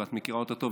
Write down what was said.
את מכירה אותה טוב,